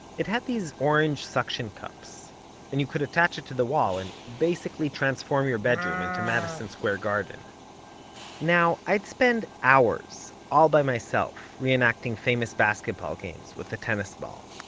it had these orange suction cups and you could attach it to the wall, and basically transform your bedroom into madison square garden now i'd spend hours, all by myself, reenacting famous basketball games with a tennis ball.